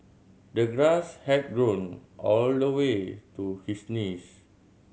the grass had grown all the way to his knees